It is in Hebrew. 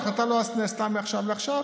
ההחלטה לא נעשתה מעכשיו לעכשיו,